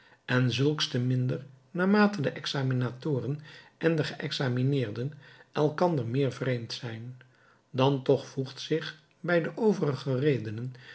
en zulks te minder naar mate de examinatoren en de geexamineerden elkander meer vreemd zijn dan toch voegt zich bij de overige redenen